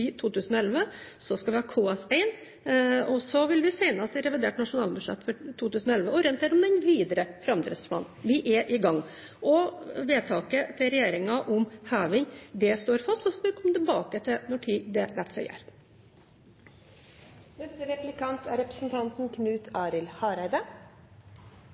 Så skal vi ha KS1, og så vil vi senest i revidert nasjonalbudsjett for 2011 orientere om den videre framdriftsplanen. Vi er i gang! Vedtaket til regjeringen om heving står fast. Så får vi komme tilbake til når det lar seg gjøre. Eg vil seie til statsråd Berg-Hansen at det er